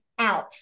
out